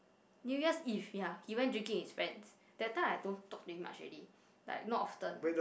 New Year's Eve ya he went drinking with his friends that time I don't talk to him much already like not often